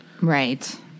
Right